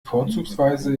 vorzugsweise